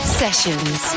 sessions